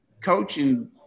coaching